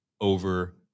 over